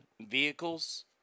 vehicles